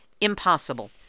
impossible